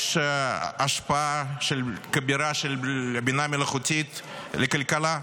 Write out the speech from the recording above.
יש השפעה כבירה של הבינה המלאכותית על הכלכלה.